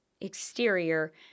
exterior